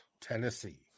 Tennessee